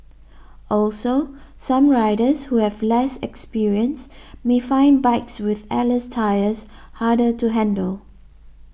also some riders who have less experience may find bikes with airless tyres harder to handle